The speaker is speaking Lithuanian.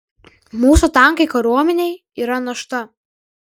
mūsų tankai kariuomenei yra našta